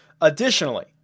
additionally